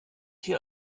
hier